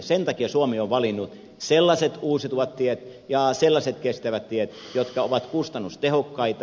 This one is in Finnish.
sen takia suomi on valinnut sellaiset uusiutuvat tiet ja sellaiset kestävät tiet jotka ovat kustannustehokkaita